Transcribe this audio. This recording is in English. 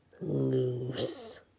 Loose